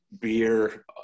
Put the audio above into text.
beer